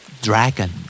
Dragon